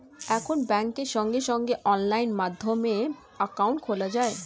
এখন ব্যাংকে সঙ্গে সঙ্গে অনলাইন মাধ্যমে অ্যাকাউন্ট খোলা যায়